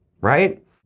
right